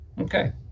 Okay